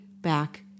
back